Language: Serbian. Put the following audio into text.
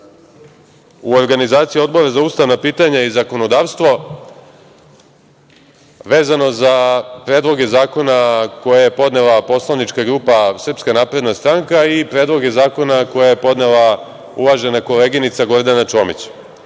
u organizaciji Odbora za ustavna pitanja i zakonodavstvo, vezano za predloge zakona koje je podnela poslanička grupa SNS i predloge zakona koje je podnela uvažena koleginica Gordana Čomić. Ovo